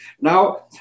Now